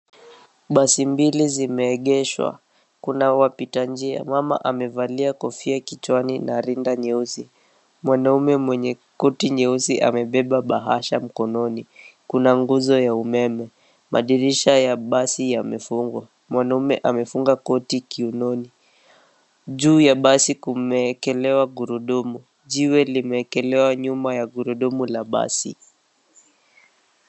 Basi mbili zime egeshwa, kuna wapita njia mama amevalia kofia kichwani na rinda nyeusi mwanaume mwenye koti nyeusi ame beba bahasha mkononi kuna nguzo ya umeme. Madirisha ya basi yamefungwa, mwanaume amefunga koti kiuononi, juu ya basi kume ekelewa gurudumu, jiwe lime ekelewa nyuma ya gurudumu la basi.